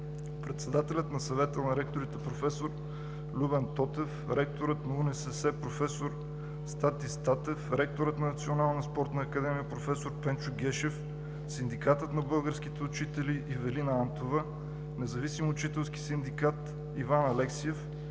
председателят на Съвета на ректорите професор Любен Тотев, ректорът на УНСС – професор Стати Статев, ректорът на Националната спортна академия професор Пенчо Гешев, Синдикат на българските учители – Ивелина Антова, Независим учителски синдикат – Иван Алексиев,